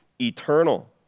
eternal